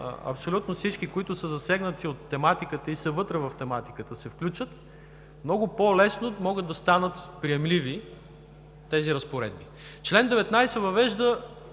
абсолютно всички, които са засегнати от тематиката и са вътре в тематиката се включат, много по-лесно могат да станат приемливи тези разпоредби. Член 19 въвежда